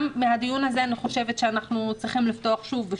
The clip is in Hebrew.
מהדיון הזה אנחנו צריכים לפתוח שוב את